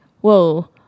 whoa